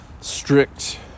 strict